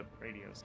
radios